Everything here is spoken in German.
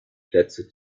plätze